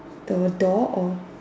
the door or